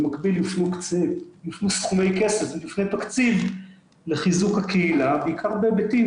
במקביל הופנו סכומי כסף לפני תקציב לחיזוק הקהילה בעיקר בהיבטים